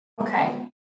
Okay